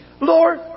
Lord